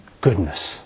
Goodness